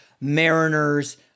Mariners